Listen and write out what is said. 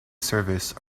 service